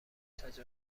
تجاوز